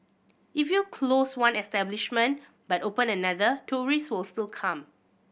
if you close one establishment but open another tourists will still come